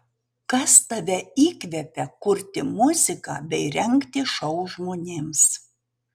kas tave įkvepia kurti muziką bei rengti šou žmonėms